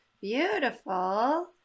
beautiful